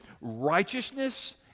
righteousness